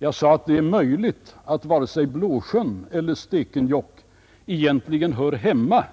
Jag sade att det är möjligt att varken Blåsjön eller Stekenjokk egentligen hör hemma